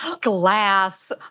glass